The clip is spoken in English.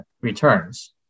returns